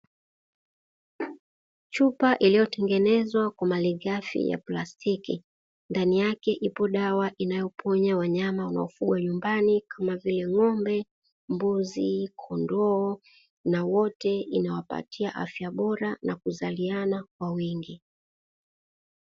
Chupa iliyotengenezwa kwa malighafi ya plastiki, ndani yake ipo dawa inayoponya wanyama wanaofugwa majumbani Kama vile: ngo'mbe, mbuzi, kondoona na wote inawapatia afya bora na kuzaliana kwa wingi.